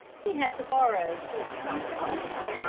he had to borrow twenty-five dollars.